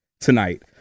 tonight